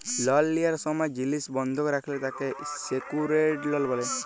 লল লিয়ার সময় জিলিস বন্ধক রাখলে তাকে সেক্যুরেড লল ব্যলে